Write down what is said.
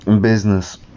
business